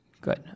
Good